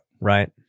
Right